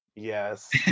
Yes